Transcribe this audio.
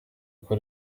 uko